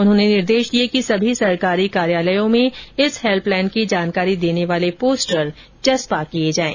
उन्होंने निर्देश कि सभी सरकारी कार्यालयों में इस हैल्पलाइन की जानकारी देने वाले पोस्टर चस्पा किए जाएं